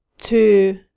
to,